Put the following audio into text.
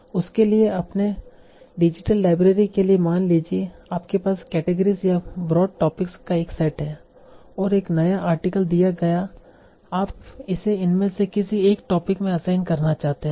उसके लिए अपने डिजिटल लाइब्रेरी के लिए मान लीजिए आपके पास केटेगरीस या ब्रॉड टॉपिक्स का एक सेट है और एक नया आर्टिकल दिया गया है आप इसे इनमें से किसी एक टोपिक में असाइन करना चाहते हैं